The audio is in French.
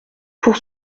pour